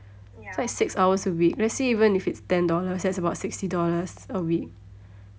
so like six hours a week let's say even if it's ten dollars that's about sixty dollars a week